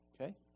Okay